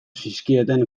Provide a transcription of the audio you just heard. zizkieten